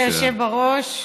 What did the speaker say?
אנחנו, תודה, אדוני היושב בראש.